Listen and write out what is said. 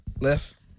left